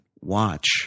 watch